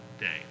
day